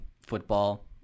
football